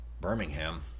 Birmingham